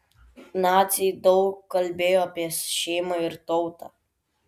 naciai daug kalbėjo apie šeimą ir tautą